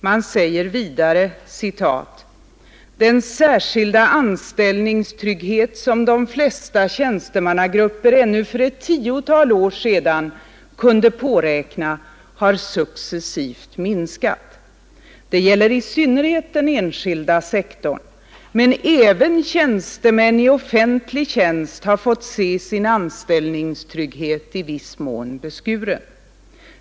Man säger vidare: ”Den särskilda anställningstrygghet, som de flesta tjänstemannagrupper ännu för ett tiotal år sedan kunde påräkna, har successivt minskat. Det gäller i synnerhet inom den enskilda sektorn, men även tjänstemän i offentlig tjänst har fått se sin anställningstrygghet i viss mån beskuren.